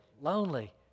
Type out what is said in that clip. lonely